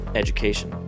education